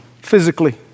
physically